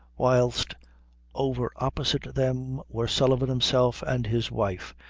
whilst over opposite them were sullivan himself and his wife,